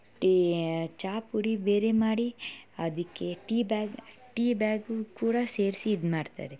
ಈ ಚಹಪುಡಿ ಬೇರೆ ಮಾಡಿ ಅದಕ್ಕೆ ಟೀ ಬ್ಯಾಗ್ ಟೀ ಬ್ಯಾಗು ಕೂಡ ಸೇರಿಸಿ ಇದು ಮಾಡ್ತಾರೆ